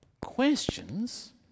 questions